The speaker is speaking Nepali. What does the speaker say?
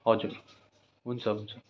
हजुर हुन्छ हुन्छ